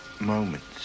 moments